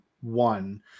one